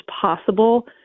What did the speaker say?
possible